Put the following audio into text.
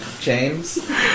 James